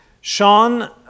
Sean